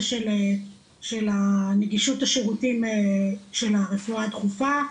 של הנגישות השירותים של הרפואה הדחופה,